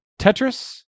Tetris